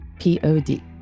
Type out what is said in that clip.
P-O-D